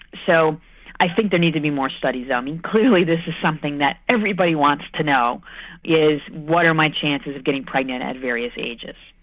so i think there need to be more studies. um and clearly this is something that everybody wants to know what are my chances of getting pregnant at various ages?